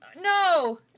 No